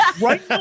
Right